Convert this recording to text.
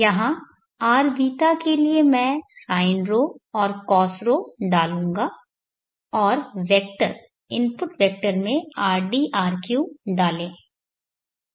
यहाँ rβ के लिए मैं sin𝜌 और cos𝜌 डालूंगा और वेक्टर इनपुट वेक्टर में rd rq डालें